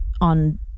on